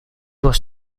was